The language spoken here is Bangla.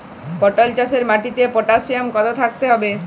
পটল চাষে মাটিতে পটাশিয়াম কত থাকতে হবে?